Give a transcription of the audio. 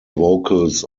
vocals